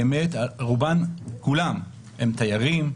כולם הם תיירים,